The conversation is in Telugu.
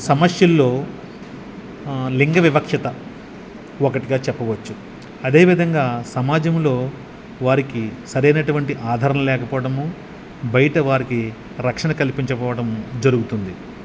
సమస్యలలో లింగ వివక్షత ఒకటిగా చెప్పవచ్చు అదేవిధంగా సమాజములో వారికి సరైనటువంటి ఆధారణ లేకపోడము బయట వారికి రక్షణ కల్పించకపోవడము జరుగుతుంది